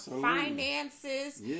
finances